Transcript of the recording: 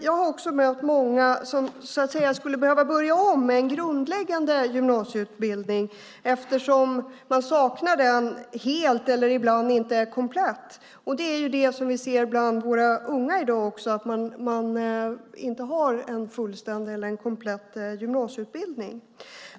Jag har mött många som skulle behöva börja om med en grundläggande gymnasieutbildning eftersom de helt saknar den eller den inte är komplett. Vi ser också bland våra unga i dag att de inte har en fullständig eller komplett gymnasieutbildning.